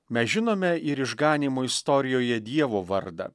mes žinome ir išganymo istorijoje dievo vardą